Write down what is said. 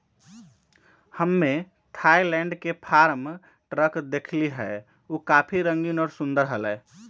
हम्मे थायलैंड के farm truck देखली हल, ऊ काफी रंगीन और सुंदर हलय